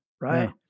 right